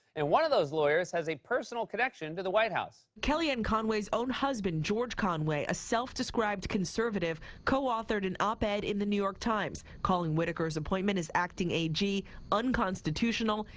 and one of those lawyers has a personal connection to the white house. kellyanne conway's own husband, george conway, a self-described conservative co-authored an op-ed in the new york times, calling whitaker's appointment as acting ag unconstitutional,